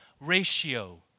ratio